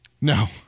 No